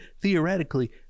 theoretically